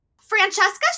Francesca